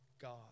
God